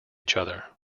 other